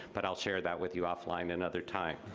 but i'll share that with you offline another time.